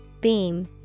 Beam